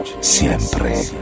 siempre